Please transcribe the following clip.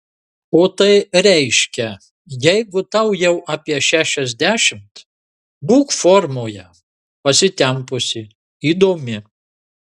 o tai reiškia jeigu tau jau apie šešiasdešimt būk formoje pasitempusi įdomi